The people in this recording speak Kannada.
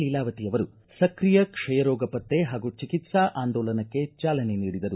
ಲೀಲಾವತಿ ಅವರು ಸಕ್ರಿಯ ಕ್ಷಯರೋಗ ಪತ್ತೆ ಹಾಗೂ ಚಿಕಿತ್ಸಾ ಅಂದೋಲನಕ್ಕೆ ಚಾಲನೆ ನೀಡಿದರು